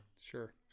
Sure